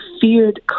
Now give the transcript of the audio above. feared